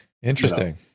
interesting